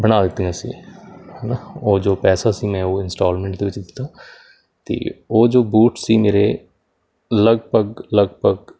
ਬਣਾ ਦਿੱਤੀਆਂ ਸੀ ਉਹ ਜੋ ਪੈਸਾ ਸੀ ਮੈਂ ਉਹ ਇੰਸਟਾਲਮੈਂਟ ਦੇ ਵਿੱਚ ਦਿੱਤਾ ਅਤੇ ਉਹ ਜੋ ਬੂਟ ਸੀ ਮੇਰੇ ਲਗਭਗ ਲਗਭਗ